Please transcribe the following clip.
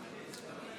(קורא בשמות חברי הכנסת)